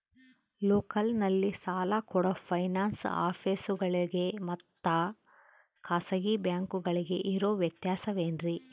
ಲೋಕಲ್ನಲ್ಲಿ ಸಾಲ ಕೊಡೋ ಫೈನಾನ್ಸ್ ಆಫೇಸುಗಳಿಗೆ ಮತ್ತಾ ಖಾಸಗಿ ಬ್ಯಾಂಕುಗಳಿಗೆ ಇರೋ ವ್ಯತ್ಯಾಸವೇನ್ರಿ?